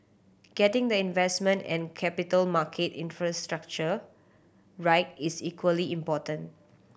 getting the investment and capital market infrastructure right is equally important